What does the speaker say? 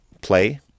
play